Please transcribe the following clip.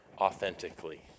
authentically